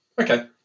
okay